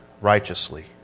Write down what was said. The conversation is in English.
righteously